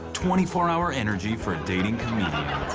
twenty four hour energy for dating comedians.